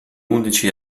undici